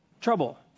Trouble